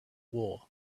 war